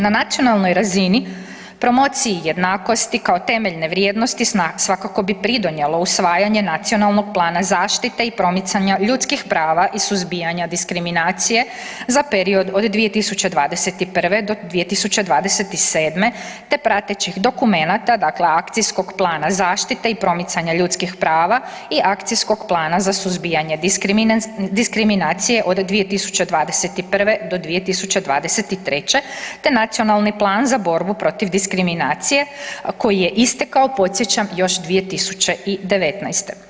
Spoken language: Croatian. Na nacionalnoj razini promociji jednakosti kao temeljne vrijednosti svakako bi pridonijelo usvajanje nacionalnog plana zaštite i promicanja ljudskih prava i suzbijanja diskriminacije za period od 2021. do 2027. te pratećih dokumenata, dakle akcijskog plana zaštite i promicanja ljudskih prava i akcijskog plana za suzbijanje diskriminacije od 2021. do 2023. te nacionalni plan za borbu protiv diskriminacije koji je istekao podsjećam još 2019.